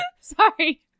sorry